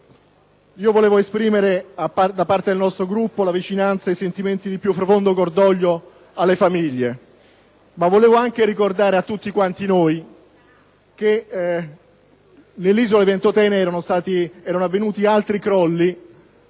Vorrei esprimere, da parte del mio Gruppo, la vicinanza e i sentimenti di più profondo cordoglio alle famiglie. Vorrei però anche ricordare a tutti noi che nell'isola di Ventotene erano avvenuti altri crolli